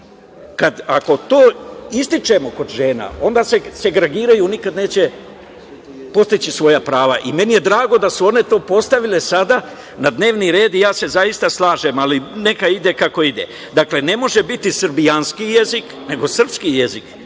Ako to ističemo kod žena onda se segragiraju, nikada neće postići svoja prava. Meni je drago da su one to postavile sada na dnevni red. Ja se zaista slažem, ali neka ide kako ide. Dakle, ne može biti srbijanski jezik, nego srpski jezik.